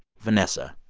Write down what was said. vanessa,